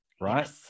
right